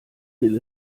will